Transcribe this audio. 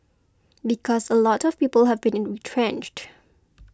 because a lot of people have been retrenched